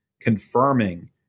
confirming